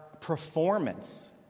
performance